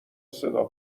صدا